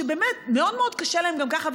באמת מאוד מאוד קשה להן גם ככה,